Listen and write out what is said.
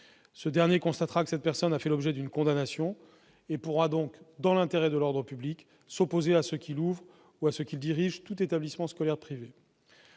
Celui-ci, constatant que l'intéressé a fait l'objet d'une condamnation, pourra, dans l'intérêt de l'ordre public, s'opposer à ce qu'il ouvre ou dirige tout établissement scolaire privé.